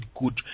good